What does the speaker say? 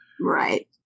right